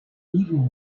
even